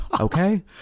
Okay